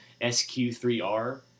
SQ3R